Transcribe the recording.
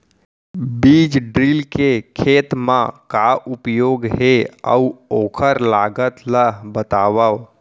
बीज ड्रिल के खेत मा का उपयोग हे, अऊ ओखर लागत ला बतावव?